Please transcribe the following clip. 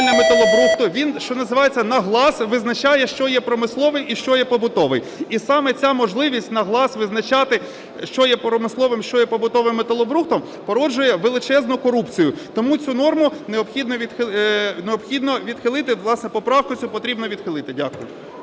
металобрухту, він, що називається "на глаз" визначає що є промисловий і що є побутовий. І саме ця можливість "на глаз" визначати що є промисловим, що є побутовим металобрухтом, породжує величезну корупцію. Тому цю норму необхідно відхилити, власне, поправку цю потрібно відхилити. Дякую.